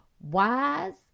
wise